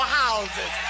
houses